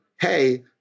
hey